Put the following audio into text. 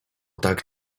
tak